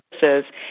services